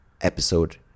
episode